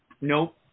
Nope